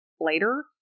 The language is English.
later